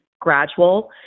gradual